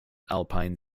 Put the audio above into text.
alpine